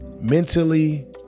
mentally